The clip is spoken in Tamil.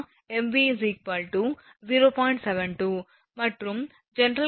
72 மற்றும் ஜெனரல் கரோனா 0